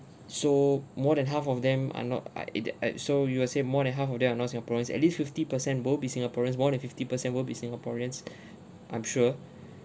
so more than half of them are not ah in the art so you will say more than half of them are not singaporeans at least fifty percent will be singaporeans more than fifty percent will be singaporeans I'm sure